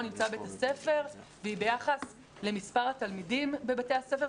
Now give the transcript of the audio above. נמצא בבית הספר והיא ביחס למספר התלמידים בבתי הספר.